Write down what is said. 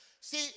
See